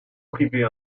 privée